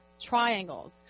triangles